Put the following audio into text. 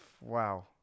Wow